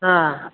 हा